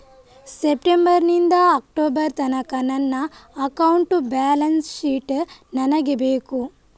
September ನಿಂದ October ತನಕ ನನ್ನ ಅಕೌಂಟ್ ಬ್ಯಾಲೆನ್ಸ್ ಶೀಟ್ ನನಗೆ ಬೇಕು